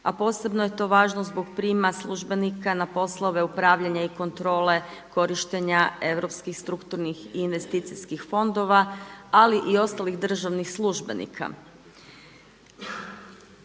a posebno je to važno zbog prijema službenika na poslove upravljanja i kontrole korištenja europskih strukturnih i investicijskih fondova, ali i ostalih državnih službenika.